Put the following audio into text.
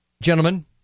gentlemen